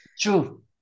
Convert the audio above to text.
True